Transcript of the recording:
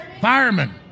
firemen